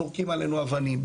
זורקים עלינו אבנים,